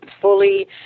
fully